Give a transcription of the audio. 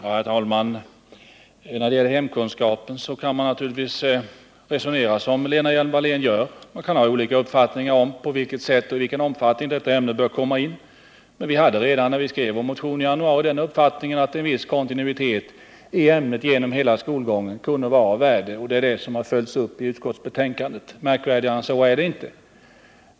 Herr talman! När det gäller hemkunskapen kan man naturligtvis resonera som Lena Hjelm-Wallén gör; man kan ha olika uppfattningar om på vilket sätt och i vilken omfattning detta ämne bör komma in. Vi hade redan när vi i januari skrev vår motion den uppfattningen att en viss kontinuitet i ämnet genom hela skolgången kunde vara av värde, och det är det som har följts upp i utskottsbetänkandet. Märkvärdigare än så är det inte.